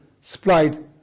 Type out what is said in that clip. supplied